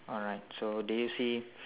alright so did you see